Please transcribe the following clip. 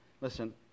Listen